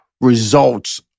results